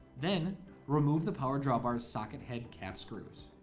then remove the power drawbar socket head cap screws.